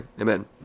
Amen